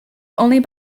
only